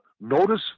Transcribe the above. notice